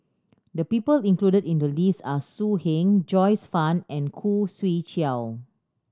the people included in the list are So Heng Joyce Fan and Khoo Swee Chiow